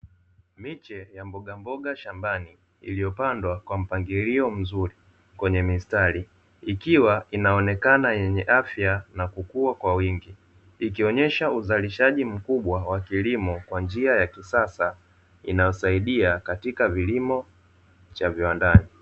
Miche ya mbogamboga shambani iliyo pandwa kwa mpangilio mzuri, kwenye mistari ikiwa inaonekana yenye afya na kukua kwa wingi, ikionyesha uzalishaji mkubwa wa kilimo kwanjia ya kisasa inayo saidia katika vilimo cha viwandani.